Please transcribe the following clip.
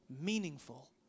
meaningful